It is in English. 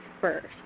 first